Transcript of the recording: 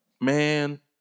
Man